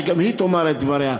שגם היא תאמר את דברה.